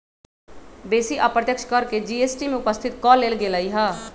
बेशी अप्रत्यक्ष कर के जी.एस.टी में उपस्थित क लेल गेलइ ह्